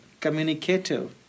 communicative